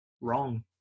wrong